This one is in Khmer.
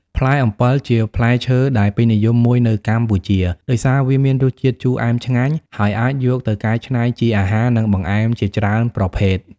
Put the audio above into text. ផ្លែអំពិល ជាផ្លែឈើដែលពេញនិយមមួយនៅកម្ពុជា ដោយសារវាមានរសជាតិជូរអែមឆ្ងាញ់ ហើយអាចយកទៅកែច្នៃជាអាហារ និងបង្អែមជាច្រើនប្រភេទ។